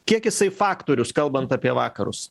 kiek jisai faktorius kalbant apie vakarus